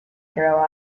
grow